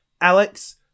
Alex